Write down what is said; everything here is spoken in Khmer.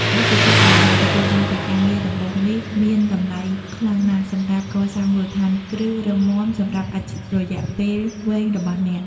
បទពិសោធន៍ដែលអ្នកទទួលបានពីការងារដំបូងនេះ មានតម្លៃខ្លាំងណាស់សម្រាប់កសាងមូលដ្ឋានគ្រឹះរឹងមាំសម្រាប់អាជីពរយៈពេលវែងរបស់អ្នក។